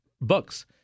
books